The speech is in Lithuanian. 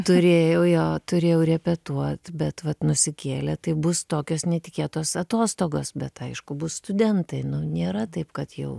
turėjau jo turėjau repetuot bet vat nusikėlė tai bus tokios netikėtos atostogos bet aišku bus studentai nu nėra taip kad jau